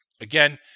again